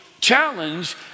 challenge